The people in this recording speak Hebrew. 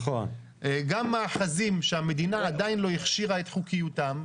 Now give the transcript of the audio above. גם מאחזים שהמדינה עדיין לא הכשירה את חוקיותם,